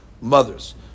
mothers